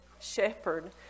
shepherd